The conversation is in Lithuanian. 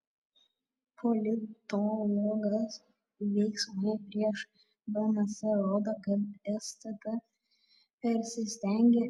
politologas veiksmai prieš bns rodo kad stt persistengė